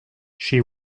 she